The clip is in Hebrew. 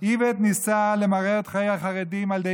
איווט ניסה למרר את חיי החרדים על ידי